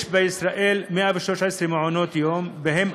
יש בישראל 113 מעונות יום ובהם